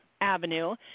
avenue